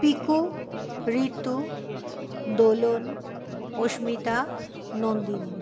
Piku Ritu Dolon Asmita Nandini